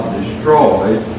destroyed